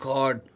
God